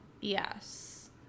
Yes